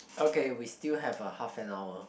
okay we still have a half an hour